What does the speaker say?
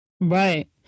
Right